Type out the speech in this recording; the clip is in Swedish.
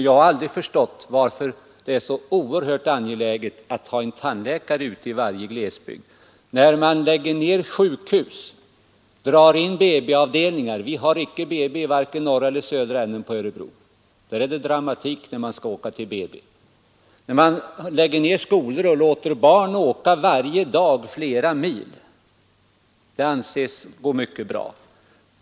Jag har aldrig förstått varför det är så oerhört angeläget att ha en tandläkare ute i varje glesbygd. Man lägger ner sjukhus, man drar in BB-avdelningar — vi har icke BB i vare sig norra eller södra änden av Örebro län; där är det ofta dramatiskt när en kvinna skall åka till BB. Man lägger ner skolor och låter barn åka flera mil varje dag. Det anses gå mycket bra.